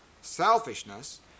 selfishness